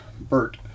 Bert